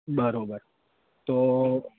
બરાબર તો